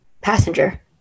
passenger